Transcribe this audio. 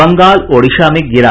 बंगाल ओडिशा में गिरा